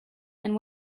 and